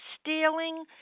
stealing